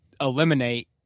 eliminate